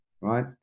Right